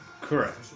Correct